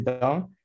down